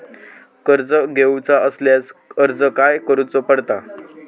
कर्ज घेऊचा असल्यास अर्ज खाय करूचो पडता?